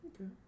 Okay